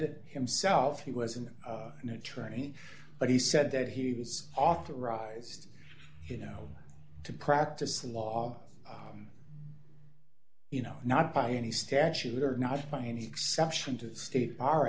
it himself he wasn't an attorney but he said that he was authorized you know to practice law you know not by any statute or not by any exception to the state bar